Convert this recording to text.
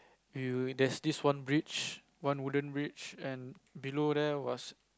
you there's this one bridge one wooden bridge and below there was